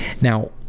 Now